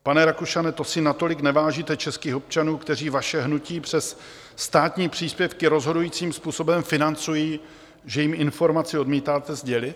Pane Rakušane, to si natolik nevážíte českých občanů, kteří vaše hnutí přes státní příspěvky rozhodujícím způsobem financují, že jim informaci odmítáte sdělit?